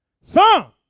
Son